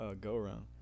go-around